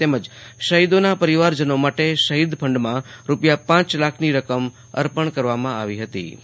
તેમજ શફીદોના પરિવારજનો માટે શફીદ ફંડ માં રૂપિયા પ લાખ ની રકમ અર્પણ કરવામાં આવી ફતી